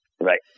Right